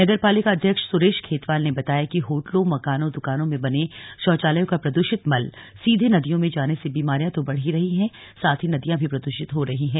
नगर पालिका अध्यक्ष सुरेश खेतवाल ने बताया कि होटलों मकानों दुकानों में बने शौचालयों का प्रदूषित मल सीधे नदियों में जाने से बीमारियां तो बढ़ ही रही है नदियां भी प्रदूषित हो रही हैं